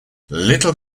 little